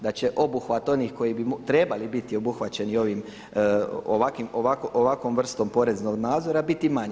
Da će obuhvat onih koji bi trebali biti obuhvaćeni ovim, ovakvom vrstom poreznog nadzora biti manji.